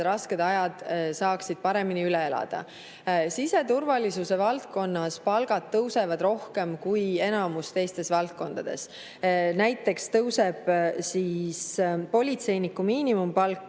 rasked ajad saaksid paremini üle elada. Siseturvalisuse valdkonnas tõusevad palgad rohkem kui enamikus teistes valdkondades. Näiteks tõuseb politseiniku miinimumpalk